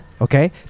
okay